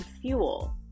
fuel